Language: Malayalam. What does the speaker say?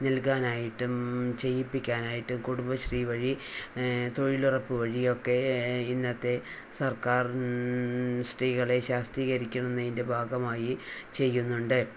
നൽകാൻ ആയിട്ടും ചെയ്യിപ്പിക്കാൻ ആയിട്ടും കുടുംബശ്രീ വഴി തൊഴിലുറപ്പ് വഴിയൊക്കെ ഇന്നത്തെ സർക്കാർ സ്ത്രീകളെ ശാക്തീകരിക്കുന്നതിൻറെ ഭാഗമായി ചെയ്യുന്നുണ്ട്